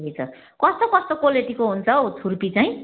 ठिकै छ कस्तो कस्तो क्वालिटीको हुन्छ हौ छुर्पी चाहिँ